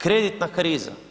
Kreditna kriza.